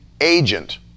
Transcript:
agent